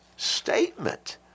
statement